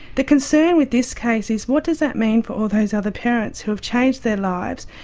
the concern with this case is, what does that mean for all those other parents who have changed their lives,